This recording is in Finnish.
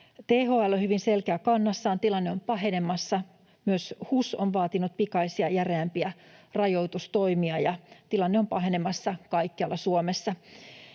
THL on hyvin selkeä kannassaan, tilanne on pahenemassa. Myös HUS on vaatinut pikaisia, järeämpiä rajoitustoimia, ja tilanne on pahenemassa kaikkialla Suomessa.